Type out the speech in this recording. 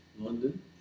London